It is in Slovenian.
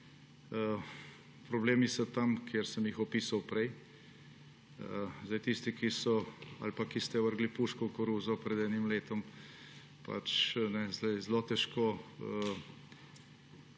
Problemi so tam, kjer sem jih opisal prej. Tisti, ki so ali pa ki ste vrgli puško v koruzo pred enim letom, zdaj zelo težko